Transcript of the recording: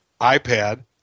iPad